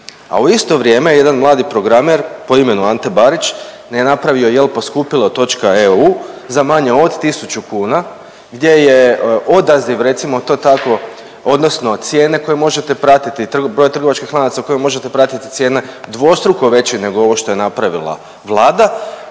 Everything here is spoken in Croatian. a u isto vrijeme jedan mladi programer po imenu Ante Barić je napravio Jelposkupilo.eu za manje od tisuću kuna gdje je odaziv, recimo to tako, odnosno cijene koje možete pratiti, broj trgovačkih lanaca u kojima možete pratiti cijene dvostruko veće nego ovo što je napravila Vlada,